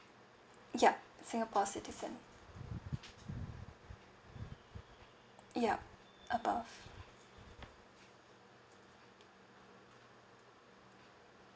yup singapore citizen yup above